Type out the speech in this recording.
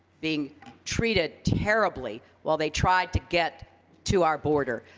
being treated terribly while they tried to get to our border.